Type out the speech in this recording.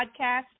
Podcast